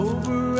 Over